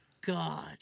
God